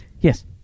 Yes